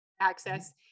access